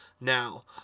Now